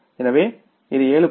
எனவே இது 7